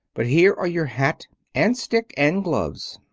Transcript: but here are your hat and stick and gloves.